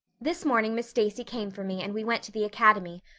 this morning miss stacy came for me and we went to the academy,